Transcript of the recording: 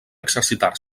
exercitar